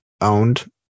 owned